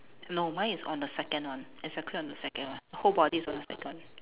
no mine is on the second one exactly on the second one whole body is on the second one